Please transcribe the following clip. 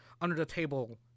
under-the-table